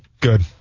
Good